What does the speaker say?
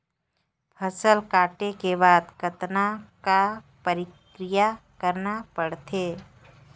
फसल काटे के बाद कतना क प्रक्रिया करना पड़थे?